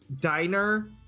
Diner